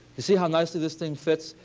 you see how nicely this thing fits?